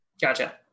Gotcha